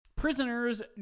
prisoners